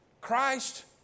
Christ